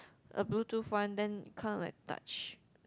a bluetooth one then kind of like touch